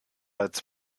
als